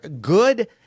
good